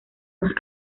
más